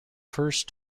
first